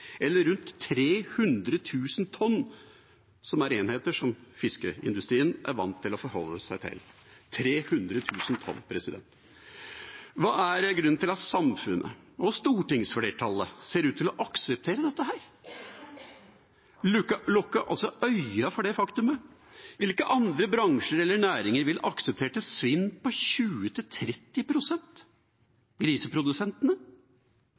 eller rundt 300 000 tonn, som er enheter som fiskeindustrien er vant til å forholde seg til – 300 000 tonn. Hva er grunnen til at samfunnet, og stortingsflertallet, ser ut til å akseptere dette, lukke øynene for det faktumet? Hvilke andre bransjer eller næringer ville akseptert et svinn på